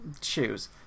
shoes